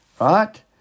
Right